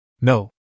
No